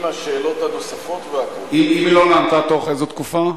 אם היא לא נענתה, תוך איזה תקופה?